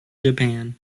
japan